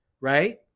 right